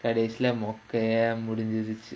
கடைசில மொக்கையா முடிஞ்சிரிச்சு:kadaisila mokkayaa mudinjiruchu